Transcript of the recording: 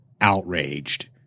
outraged